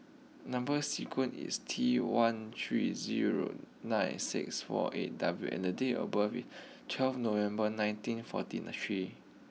number sequence is T one three zero nine six four eight W and date of birth is twelve November nineteen forty three